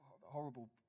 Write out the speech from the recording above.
horrible